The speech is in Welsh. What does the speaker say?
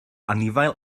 anifail